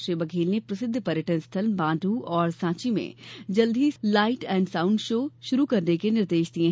श्री बघेल ने प्रसिद्ध पर्यटन स्थल माँडू और साँची में जल्दी ही लाइट एण्ड साउण्ड शो शुरू करने के निर्देश दिये